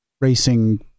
racing